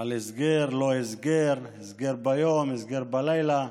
על סגר, לא סגר, סגר ביום, סגר בלילה,